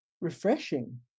refreshing